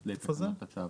אגב, למה אתם